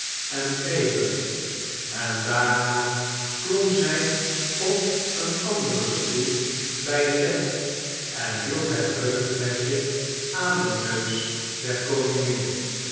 en kreeg het en daarna klom zy op een anderen stoel by het bed en hield het reukfleschje aan den neus der koningin